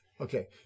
okay